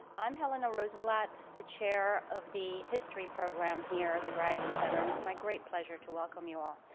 i'm helena rosenblatt the chair of the history program here at the graduate center and it's my great pleasure to welcome you all.